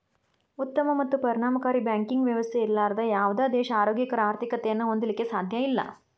ಉತ್ತಮ ಮತ್ತು ಪರಿಣಾಮಕಾರಿ ಬ್ಯಾಂಕಿಂಗ್ ವ್ಯವಸ್ಥೆ ಇರ್ಲಾರ್ದ ಯಾವುದ ದೇಶಾ ಆರೋಗ್ಯಕರ ಆರ್ಥಿಕತೆಯನ್ನ ಹೊಂದಲಿಕ್ಕೆ ಸಾಧ್ಯಇಲ್ಲಾ